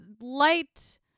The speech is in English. light